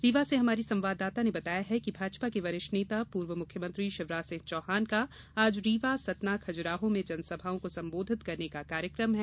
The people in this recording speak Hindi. रीवा से हमारे संवाददाता ने बताया है कि भाजपा के वरिष्ठ नेता पूर्व मुख्यमंत्री शिवराज सिंह चौहान आज रीवा सतना खजुराहो में जनसभाओं को संबोधित करने का कार्यक्रम है